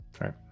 right